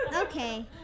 Okay